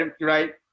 right